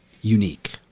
unique